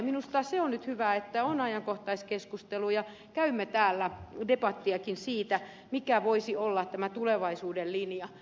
minusta se on nyt hyvä että on ajankohtaiskeskustelu ja käymme täällä debattiakin siitä mikä voisi olla tulevaisuuden linja